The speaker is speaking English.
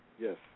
Yes